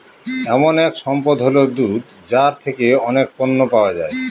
এমন এক সম্পদ হল দুধ যার থেকে অনেক পণ্য পাওয়া যায়